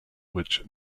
which